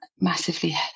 massively